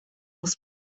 muss